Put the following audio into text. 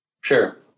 Sure